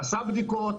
עשה בדיקות,